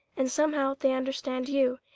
and somehow they understand you,